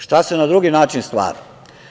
Šta se na drugi način stvara?